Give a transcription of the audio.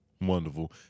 Wonderful